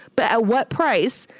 but at what price?